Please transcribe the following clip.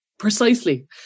Precisely